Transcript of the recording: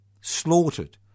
Slaughtered